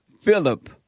Philip